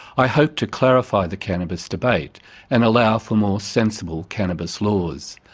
i hope to clarify the cannabis debate and allow for more sensible cannabis laws.